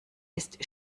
ist